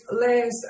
less